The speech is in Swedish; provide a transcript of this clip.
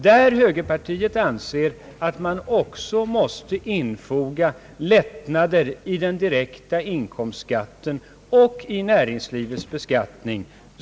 Där anser högerpartiet bl.a. att man också måste införa lättnader i den direkta inkomstskatten och i näringslivets beskattning.